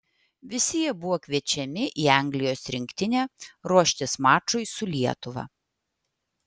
visi jie buvo kviečiami į anglijos rinktinę ruoštis mačui su lietuva